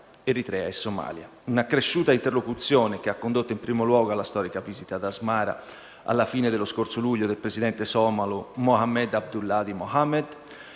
tratta di un'accresciuta interlocuzione che ha condotto, in primo luogo, alla storica visita ad Asmara, alla fine dello scorso luglio, del presidente somalo Mohamed Abdullahi Mohamed,